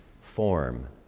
form